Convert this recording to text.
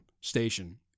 station